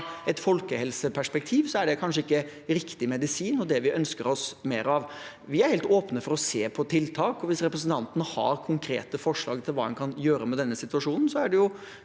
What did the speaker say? fra et folkehelseperspektiv er det kanskje ikke riktig medisin og det vi ønsker oss mer av. Vi er helt åpne for å se på tiltak, og hvis representanten har konkrete forslag til hva en kan gjøre med denne situasjonen,